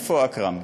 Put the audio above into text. איפה אכרם?